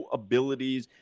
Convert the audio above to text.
abilities –